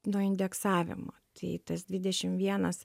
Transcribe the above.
nuo indeksavimo tai tas dvidešim vienas